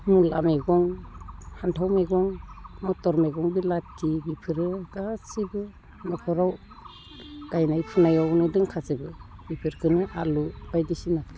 मुला मैगं फान्थाव मैगं मथर मैगं बिलाथि बेफोरो गासैबो न'खराव गायनाय फुनायावनो दोंखाजोबो बेफोरखोनो आलु बायदिसिना